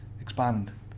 Expand